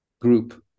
group